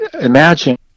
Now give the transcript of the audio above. imagine